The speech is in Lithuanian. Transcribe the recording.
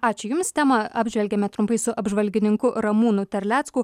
ačiū jums temą apžvelgėme trumpai su apžvalgininku ramūnu terlecku